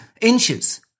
Inches